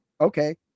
Okay